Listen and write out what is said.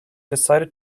decided